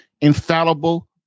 infallible